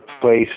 place